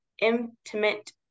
intimate